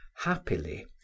happily